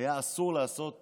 היה אסור לעשות